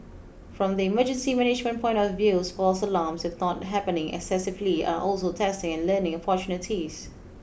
from the emergency management point of views false alarms if not happening excessively are also testing and learning opportunities